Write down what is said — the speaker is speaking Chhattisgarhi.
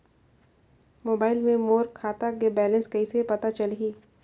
मोबाइल मे मोर खाता के बैलेंस कइसे पता चलही?